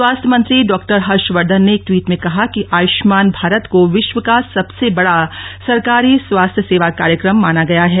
स्वास्थ्य मंत्री डॉ हर्षवर्धन ने एक ट्वीट में कहा कि आयुष्मान भारत को विश्व का सबसे बड़ा सरकारी स्वास्थ्य सेवा कार्यक्रम माना गया है